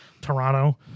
Toronto